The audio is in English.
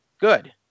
good